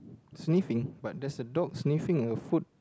sniffing but there's a dog sniffing a food